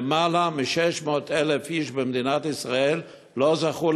למעלה מ-600,000 איש במדינת ישראל לא זכו